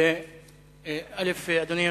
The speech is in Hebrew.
אדוני היושב-ראש,